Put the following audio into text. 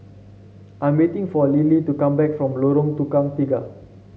I'm waiting for Lilie to come back from Lorong Tukang Tiga